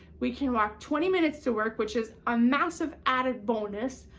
we can walk twenty minutes to work, which is a massive added bonus,